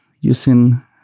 using